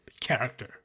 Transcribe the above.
character